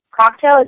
Cocktail